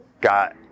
got